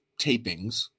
tapings